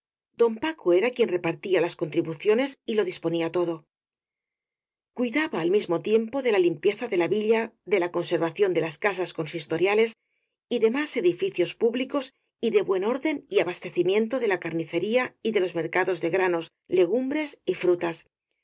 don paco era quien repartía las contribuciones y lo disponía todo cuidaba al mismo tiempo de la limpieza de la villa de la conservación de las ca sas consistoriales y demás edificios públicos y del buen orden y abastecimiento de la carnicería y de los mercados de granos legumbres y frutas